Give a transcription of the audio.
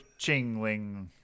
chingling